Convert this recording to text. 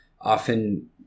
often